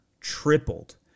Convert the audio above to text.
tripled